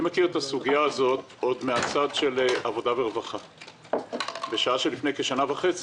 אני מכיר את הסוגיה הזאת מהצד של עבודה ורווחה בשעה שלפני כשנה וחצי